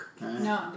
No